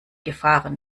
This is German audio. gefahren